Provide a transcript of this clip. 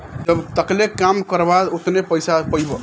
जब तकले काम करबा ओतने पइसा पइबा